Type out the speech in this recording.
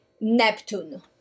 Neptune